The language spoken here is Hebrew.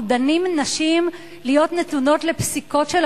אנחנו דנים נשים להיות נתונות לפסיקות של